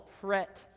fret